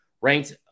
ranked